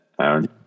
Aaron